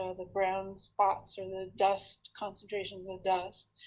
ah the brown spots are the dust, concentrations of dust,